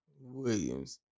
Williams